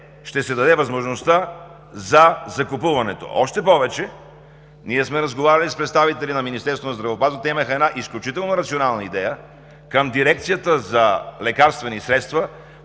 ще се даде възможността за закупуването. Още повече, ние сме разговаряли с представители на Министерството на здравеопазването. Те имаха една изключително рационална идея към Дирекцията за лекарствени средства